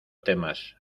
temas